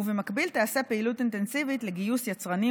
ובמקביל תיעשה פעילות אינטנסיבית לגיוס יצרנים